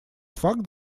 факт